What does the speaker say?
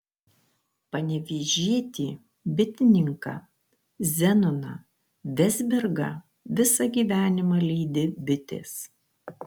panevėžietį bitininką zenoną vezbergą visą gyvenimą lydi bitės